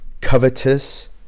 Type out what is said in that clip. Covetous